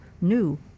new